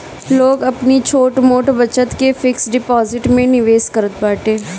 लोग अपनी छोट मोट बचत के फिक्स डिपाजिट में निवेश करत बाटे